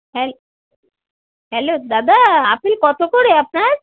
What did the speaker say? hello hello দাদা apple কতো করে আপনার